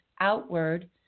outward